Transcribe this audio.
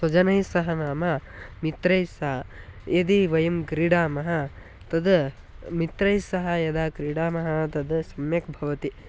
स्वजनैः सह नाम मित्रैः सह यदि वयं क्रीडामः तद् मित्रैः सह यदा क्रीडामः तद् सम्यक् भवति